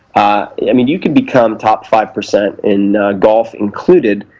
i mean, you could become top five percent in gold, included,